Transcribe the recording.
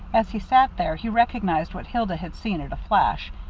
as he sat there, he recognized what hilda had seen at a flash,